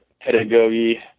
pedagogy